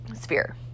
Sphere